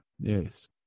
yes